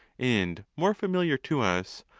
and more familiar to us,